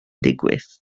digwydd